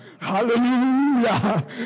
Hallelujah